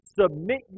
Submit